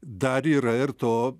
dar yra ir to